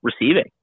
receiving